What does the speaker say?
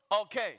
Okay